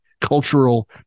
cultural